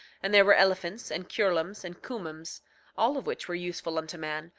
and there were elephants and cureloms and cumoms all of which were useful unto man,